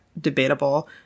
debatable